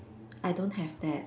I don't have that